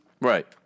Right